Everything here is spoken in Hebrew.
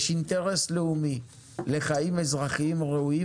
יש אינטרס לאומי לחיים אזרחיים ראויים